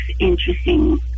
interesting